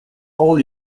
all